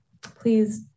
please